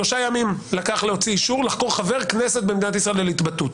שלושה ימים לקח להוציא אישור ולחקור חבר כנסת במדינת ישראל על התבטאות.